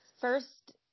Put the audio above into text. first